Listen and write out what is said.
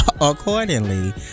accordingly